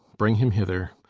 bring him hither.